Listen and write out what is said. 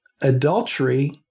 adultery